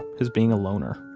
his being a loner